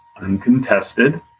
uncontested